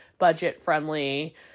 budget-friendly